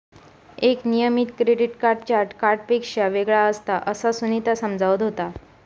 एक नियमित credit card charge कार्डपेक्षा वेगळा असता, असा सुनीता समजावत होता